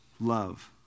love